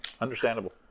Understandable